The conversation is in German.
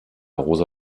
rosa